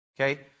okay